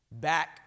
Back